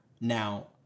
Now